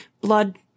blood